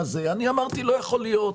אני אמרתי שלא יכול להיות,